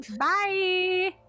Bye